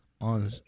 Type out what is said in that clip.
on